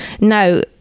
no